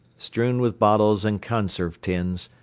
strewn with bottles and conserve tins,